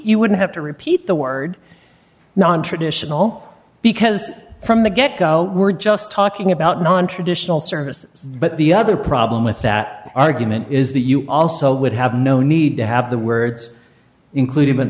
you wouldn't have to repeat the word nontraditional because from the get go we're just talking about nontraditional services but the other problem with that argument is the you also would have no need to have the words included but